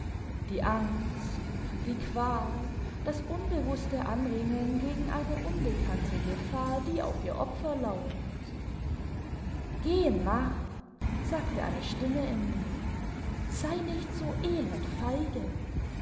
die angst die qual das unbewußte anringen gegen eine unbekannte gefahr die auf ihr opfer lauert geh machl sagte eine stimme in mir sei nicht so elend feige